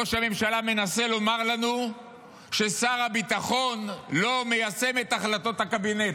ראש הממשלה מנסה לומר לנו ששר הביטחון לא מיישם את החלטות הקבינט.